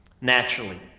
naturally